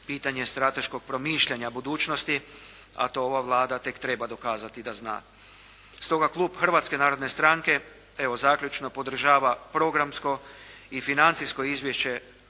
pitanje strateškog promišljanja budućnosti, a to ova Vlada tek treba dokazati da zna. Stoga, Klub Hrvatske narodne stranke, evo zaključno podržava programsko i financijsko izvješće